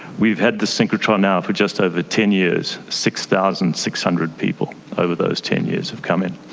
we've had the synchrotron now for just over ten years, six thousand six hundred people over those ten years have come in.